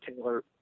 Taylor